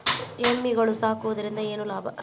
ಎಮ್ಮಿಗಳು ಸಾಕುವುದರಿಂದ ಏನು ಲಾಭ?